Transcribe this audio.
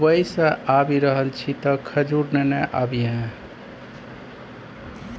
Dubai सँ आबि रहल छी तँ खजूर नेने आबिहे